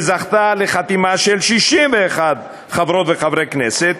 וזכתה לחתימה של 61 חברות וחברי כנסת,